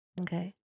Okay